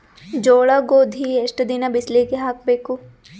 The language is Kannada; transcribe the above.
ಜೋಳ ಗೋಧಿ ಎಷ್ಟ ದಿನ ಬಿಸಿಲಿಗೆ ಹಾಕ್ಬೇಕು?